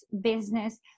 business